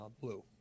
blue